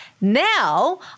Now